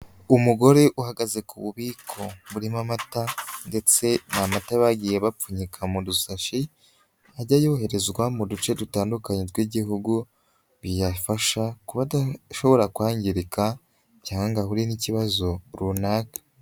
Umugore uhagaze ku bubiko burimo amata, ndetse ni amata bagiye bapfunyika mu dusafi, ajya yoherezwa mu duce dutandukanye tw'igihugu, biyafasha kuba adashobora kwangirika cyangwa ngo ahure n'ikibazo runaka.